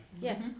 Yes